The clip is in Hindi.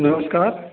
नमस्कार